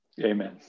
Amen